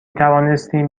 توانستیم